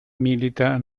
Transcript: milita